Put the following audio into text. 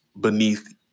beneath